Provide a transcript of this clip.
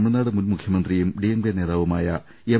ഴ്നാട് മുൻ മുഖ്യമന്ത്രിയും ഡി എം കെ നേതാവുമായ എം